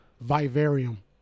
Vivarium